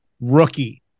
rookie